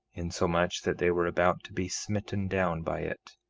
insomuch that they were about to be smitten down by it,